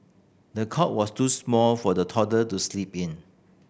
the cot was too small for the toddler to sleep in